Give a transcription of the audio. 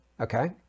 Okay